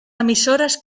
emissores